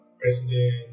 President